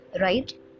right